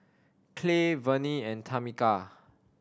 Clay Verne and Tamika